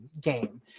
game